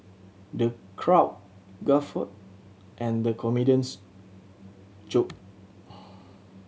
the crowd guffawed at the comedian's joke